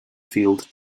field